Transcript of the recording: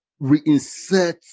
reinsert